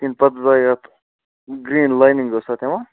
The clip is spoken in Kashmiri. تَمہِ پَتہٕ درٛاے اَتھ گرٛیٖن لاینِنٛگ ٲس اَتھ یِوان